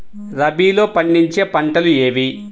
రబీలో పండించే పంటలు ఏవి?